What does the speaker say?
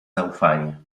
zaufanie